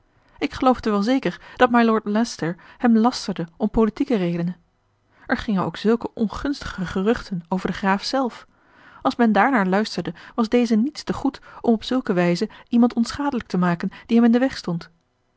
ik geloofde wel zeker dat mylord leycester hem lasterde om politieke redenen er gingen ook zulke ongunstige geruchten over den graaf zelf als men daarnaar luisterde was deze niets te goed om op zulke wijze iemand onschadelijk te maken die hem in den weg stond